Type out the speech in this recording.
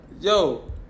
yo